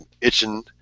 itching